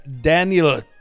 Daniel